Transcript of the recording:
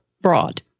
broad